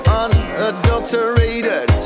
unadulterated